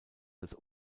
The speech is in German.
als